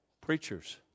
preachers